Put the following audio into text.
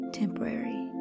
temporary